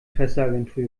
presseagentur